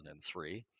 2003